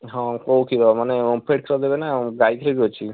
ହଁ କୋଉ କ୍ଷୀର ମାନେ ଓମ୍ଫେଡ୍ର ଦେବେ ନା ଗାଈ କ୍ଷୀର ବି ଅଛି